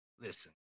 Listen